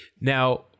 now